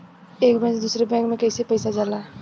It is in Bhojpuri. एक बैंक से दूसरे बैंक में कैसे पैसा जाला?